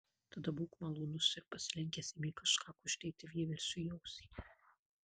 tada būk malonus ir pasilenkęs ėmė kažką kuždėti vieversiui į ausį